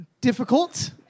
difficult